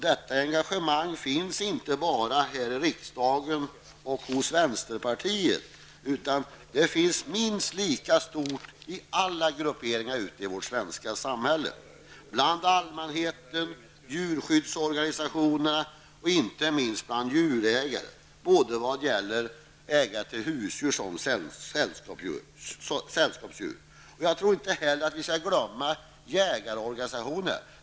Detta engagemang finns inte bara här i riksdagen och hos vänsterpartiet, utan det finns minst lika starkt i alla grupperingar ute i vårt svenska samhälle. Det finns hos allmänheten, djurskyddsorganisationerna och inte minst bland djurägare -- det gäller ägare både till husdjur och till sällskapsdjur. Vi skall inte heller glömma bort jägarorganisationerna.